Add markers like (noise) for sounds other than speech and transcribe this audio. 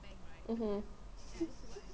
mmhmm (laughs)